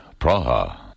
Praha